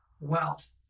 wealth